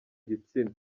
gitsina